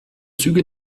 züge